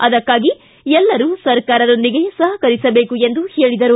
ಅದಕ್ಕಾಗಿ ಎಲ್ಲರೂ ಸರ್ಕಾರದೊಂದಿಗೆ ಸಹಕರಿಸಬೇಕು ಎಂದು ಹೇಳಿದರು